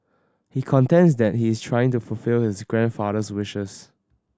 he contends that he is trying to fulfil his grandfather's wishes